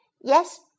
Yes